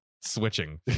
switching